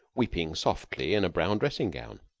weeping softly in a brown dressing-gown.